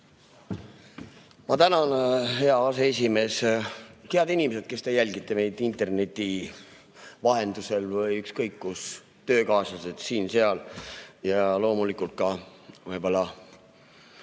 Tänan, hea aseesimees! Head inimesed, kes te jälgite meid interneti vahendusel või ükskõik kus! Töökaaslased siin-seal! Ja loomulikult ka minu